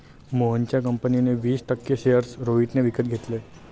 मोहनच्या कंपनीचे वीस टक्के शेअर्स रोहितने विकत घेतले